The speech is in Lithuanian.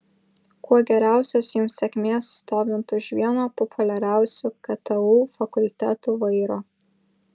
kuo geriausios jums sėkmės stovint už vieno populiariausių ktu fakultetų vairo